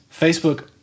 Facebook